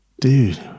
dude